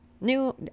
new